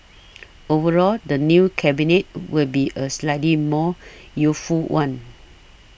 overall the new Cabinet will be a slightly more youthful one